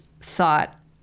thought